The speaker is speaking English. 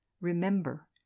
Remember